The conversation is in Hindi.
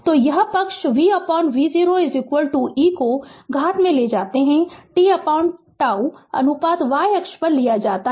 तो यह पक्ष vv0 e को घात में ले जाता है tτ अनुपात y अक्ष पर लिया जाता है